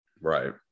Right